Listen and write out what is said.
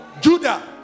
Judah